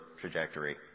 trajectory